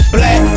Black